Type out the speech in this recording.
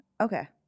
Okay